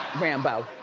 rambo.